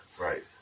Right